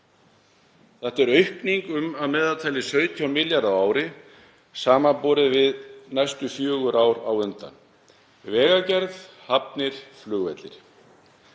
Þetta er aukning um að meðaltali 17 milljarða á ári samanborið við næstu fjögur ár á undan. Vegagerð, hafnir, flugvellir.